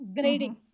grading